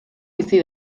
bizi